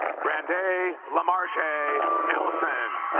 brand a lamarche a a nelson